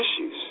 issues